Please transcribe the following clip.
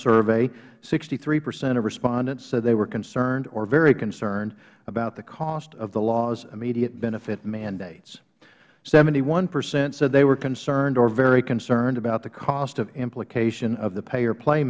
survey sixty three percent of respondents said they were concerned or very concerned about the cost of the law's immediate benefit mandates seventy one percent said they were concerned or very concerned about the cost of implication of the pay or play